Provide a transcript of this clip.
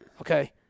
Okay